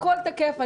הכול תקף.